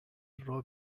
راه